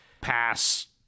pass